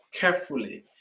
carefully